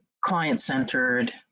client-centered